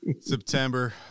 September